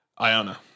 Iona